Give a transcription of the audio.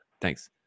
Thanks